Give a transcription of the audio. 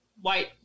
white